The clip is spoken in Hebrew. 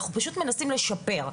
אנחנו פשוט מנסים לשפר.